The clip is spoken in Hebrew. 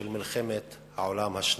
של מלחמת העולם השנייה.